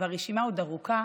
והרשימה עוד ארוכה,